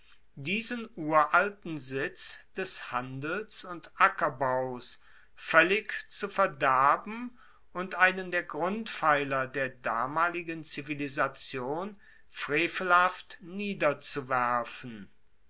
diesen uralten sitz des handels und ackerbaus voellig zu verderben und einen der grundpfeiler der damaligen zivilisation frevelhaft niederzuwerfen